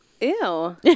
Ew